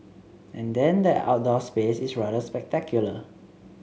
and then the outdoor space is rather spectacular